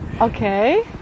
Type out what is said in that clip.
okay